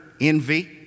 envy